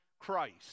Christ